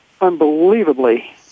unbelievably